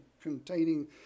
containing